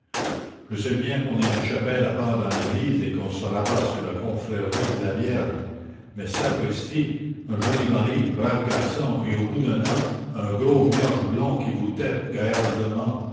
je sais bien qu'on a une chapelle à part dans l'église et qu'on se rabat sur la confrérie de la vierge mais sapristi un joli mari brave garçon et au bout d'un an un gros mioche blond qui vous tette